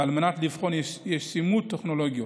על מנת לבחון ישימות טכנולוגיות.